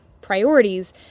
priorities